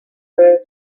اهداف